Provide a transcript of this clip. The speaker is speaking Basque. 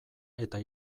eta